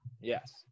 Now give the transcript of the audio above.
Yes